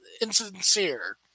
insincere